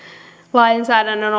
lainsäädännön